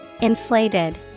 Inflated